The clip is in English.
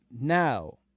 now